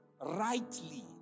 Rightly